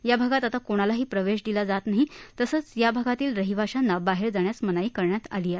या भागात आता कोणालाही प्रवेश दिला जात नाही तसेच या भागातील राहिवाशानाही बाहेर जाण्यास मनाई करण्यात आली आहे